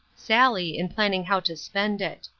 sally in planning how to spend it.